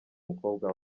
mukobwa